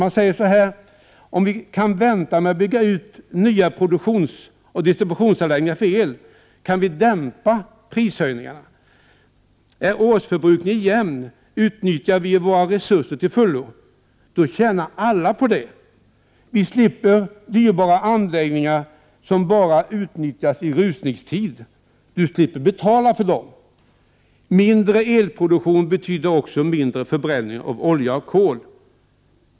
I broschyren framhålls att om vi kan vänta med att bygga nya produktionsoch distributionsanläggningar för el, kan vi dämpa prishöjningarna. Är årsförbrukningen jämn, utnyttjar vi våra resurser till fullo. Då tjänar alla på det. Vi slipper dyrbara anläggningar som bara utnyttjas i rusningstid. Du slipper betala för dem. Mindre elproduktion betyder också mindre förbränning av olja och kol.